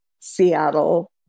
Seattle